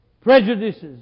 prejudices